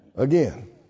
Again